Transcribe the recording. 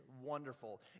wonderful